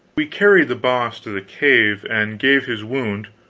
we carried the boss to the cave and gave his wound,